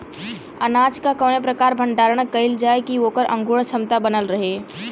अनाज क कवने प्रकार भण्डारण कइल जाय कि वोकर अंकुरण क्षमता बनल रहे?